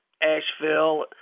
Asheville